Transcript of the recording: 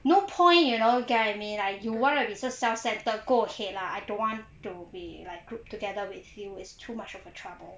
no point you know get what I mean like you want to be so self-centred go ahead lah I don't want to be like grouped together with you it's too much of a trouble